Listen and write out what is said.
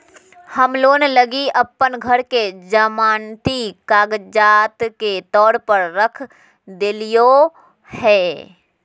हम लोन लगी अप्पन घर के जमानती कागजात के तौर पर रख देलिओ हें